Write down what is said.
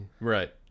Right